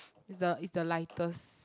is the is the lightest